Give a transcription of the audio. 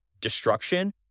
destruction